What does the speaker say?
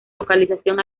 localización